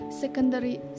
secondary